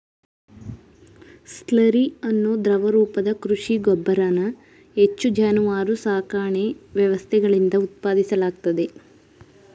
slurry ಅನ್ನೋ ದ್ರವ ರೂಪದ ಕೃಷಿ ಗೊಬ್ಬರನ ಹೆಚ್ಚು ಜಾನುವಾರು ಸಾಕಣೆ ವ್ಯವಸ್ಥೆಗಳಿಂದ ಉತ್ಪಾದಿಸಲಾಗ್ತದೆ